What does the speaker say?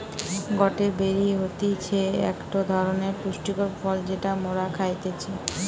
গটে বেরি হতিছে একটো ধরণের পুষ্টিকর ফল যেটা মোরা খাইতেছি